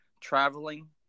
traveling